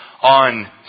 on